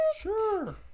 sure